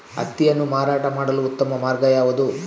ಹತ್ತಿಯನ್ನು ಮಾರಾಟ ಮಾಡಲು ಉತ್ತಮ ಮಾರ್ಗ ಯಾವುದು?